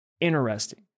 interesting